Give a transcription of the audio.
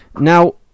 Now